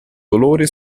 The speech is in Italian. dolore